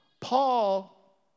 Paul